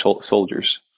soldiers